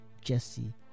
Jesse